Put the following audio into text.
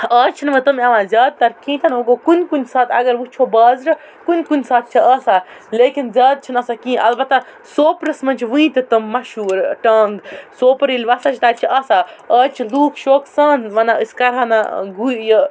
آز چھ نہٕ وۄنۍ تِم یِوان زیاد تر کینٛہہ تہ نہ وۄنۍ گوٚو کُنہ کُنہ ساتہٕ اگر وٕچھو بازرٕ کُنہ کُنہ ساتہٕ چھ آسان لیکن زیاد چھ نہٕ آسان کِہیٖنۍ البتہ سوپرَس مَنٛز چھ ونتہِ تِم مشہور ٹانٛگہٕ سوپر ییٚلہ وَسان چھِ تتہِ چھِ آسان آز چھِ لوٗکھ شوخ سان ونان أسۍ کرہو نہ گُر یہ